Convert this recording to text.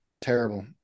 terrible